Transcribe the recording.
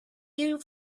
you